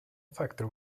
factor